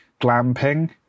glamping